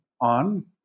on